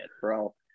bro